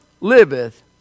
liveth